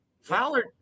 Fowler